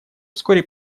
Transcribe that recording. вскоре